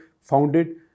founded